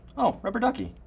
oh, rubber ducky.